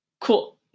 Cool